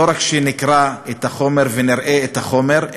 שלא רק נקרא את החומר ונראה את החומר,